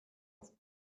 auf